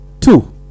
Two